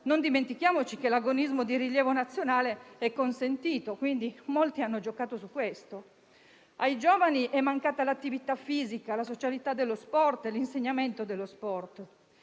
Non dimentichiamoci che l'agonismo di rilievo nazionale è consentito, quindi molti hanno giocato su questo. Ai giovani è mancata l'attività fisica, la socialità dello sport e il suo insegnamento.